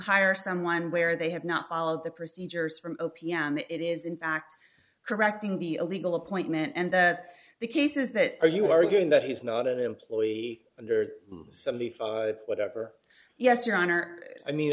hire someone where they have not followed the procedures from o p m it is in fact correcting the illegal appointment and that the cases that are you arguing that he's not an employee under seventy five whatever yes your honor i mean